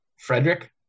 Frederick